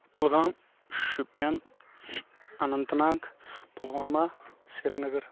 Kulgam Shopian Anantnag Pulwama Sri Nagar